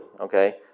Okay